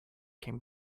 came